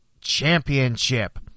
championship